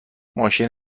ماشین